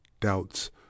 doubts